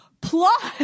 plus